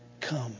come